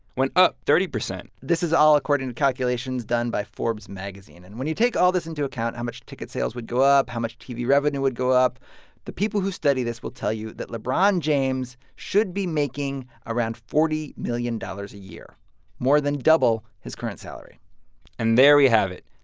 went up thirty percent this is all according to calculations done by forbes magazine. and when you take all this into account how much ticket sales would go up, how much tv revenue would go up the people who study this will tell you that lebron james should be making around forty million dollars a year more than double his current salary and there we have it.